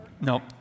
No